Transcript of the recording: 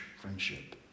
friendship